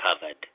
covered